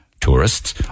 tourists